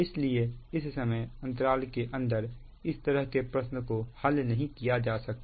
इसलिए इस समय अंतराल के अंदर इस तरह के प्रश्न को हल नहीं किया जा सकता